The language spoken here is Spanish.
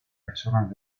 personas